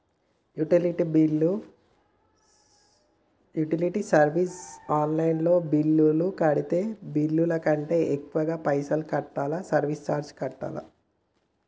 Utility service online లో bill కడితే bill కంటే ఎక్కువ పైసల్ కట్టాలా సర్వీస్ చార్జెస్ లాగా?